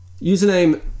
Username